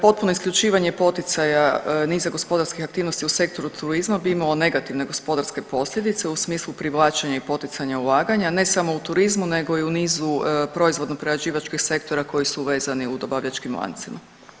Potpuno isključivanje poticaja niza gospodarskih aktivnosti u sektoru turizma bi imao negativne gospodarske posljedice u smislu privlačenja i poticanja ulaganja ne samo u turizmu nego i u nizu proizvodno prerađivačkih sektora koji su vezani u dobavljačkim lancima.